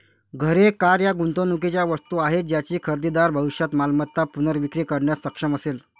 घरे, कार या गुंतवणुकीच्या वस्तू आहेत ज्याची खरेदीदार भविष्यात मालमत्ता पुनर्विक्री करण्यास सक्षम असेल